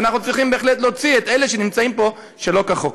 ואנחנו צריכים בהחלט להוציא את אלה שנמצאים פה שלא כחוק.